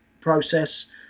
process